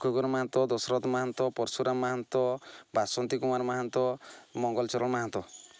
Khugar Mahanta Dasarath Mahanta Parshuram Mahanta Basanti Kumar Mahanta Mangalcharan Mahanta